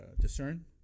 discern